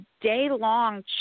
day-long